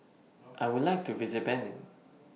I Would like to visit Benin